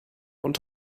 und